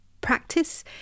practice